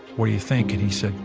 what do you think? and he said,